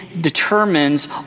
determines